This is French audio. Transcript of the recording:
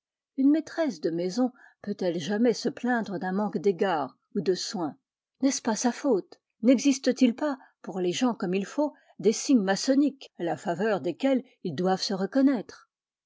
une maîtresse de maison peut-elle jamais se plaindre d'un manque d'égards ou de soin n'est-ce pas sa faute n'existe-t-il pas pour les gens comme il faut des signes maçonniques à la faveur desquels ils doivent se reconnaître